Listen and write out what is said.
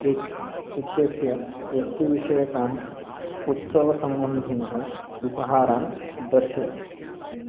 cakes इत्यस्य वस्तुविषयकान् उत्सवसम्बन्धिनः उपहारान् दर्शय